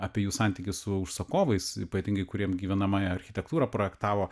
apie jų santykį su užsakovais ypatingai kuriem gyvenamąją architektūrą projektavo